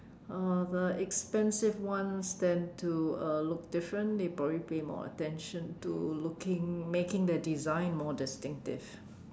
uh the expensive ones tend to uh look different they probably pay more attention to looking making their design more distinctive